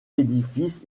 édifices